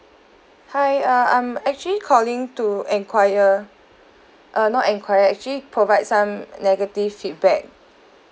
hi uh I'm actually calling to enquire uh not enquire actually provide some negative feedback